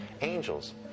angels